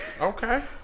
Okay